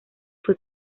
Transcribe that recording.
fue